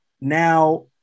now –